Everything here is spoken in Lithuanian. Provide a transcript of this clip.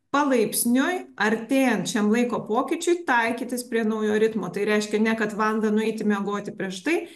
palaipsniui artėjant šiam laiko pokyčiui taikytis prie naujo ritmo tai reiškia ne kad valandą nueiti miegoti prieš tai